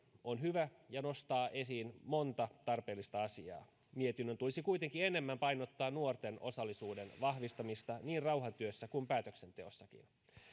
on hyvä ja nostaa esiin monta tarpeellista asiaa mietinnön tulisi kuitenkin enemmän painottaa nuorten osallisuuden vahvistamista niin rauhantyössä kuin päätöksenteossakin